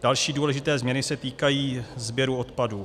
Další důležité změny se týkají sběru odpadu.